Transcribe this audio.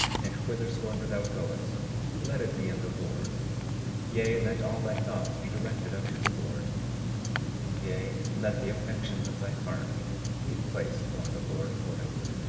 and whithersoever thou goest let it be in the lord yea, let all thy thoughts be directed unto the lord yea, let the affections of thy heart be placed upon the lord forever.